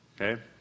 okay